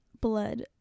blood